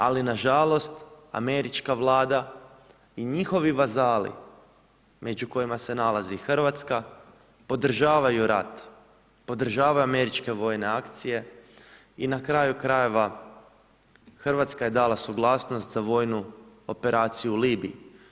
Ali nažalost, američka vlada i njihovi vazali, među kojima se nalazi i RH podržavaju rat, podržavaju američke vojne akcije i na kraju-krajeva RH je dala suglasnost za vojnu operaciju u Libiji.